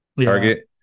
target